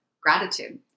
gratitude